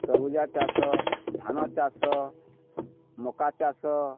ତରଭୁଜା ଚାଷ ଧାନ ଚାଷ ମକା ଚାଷ